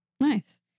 Nice